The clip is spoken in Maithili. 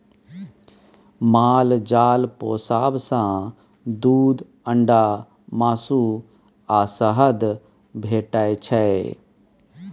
माल जाल पोसब सँ दुध, अंडा, मासु आ शहद भेटै छै